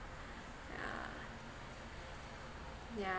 yeah yeah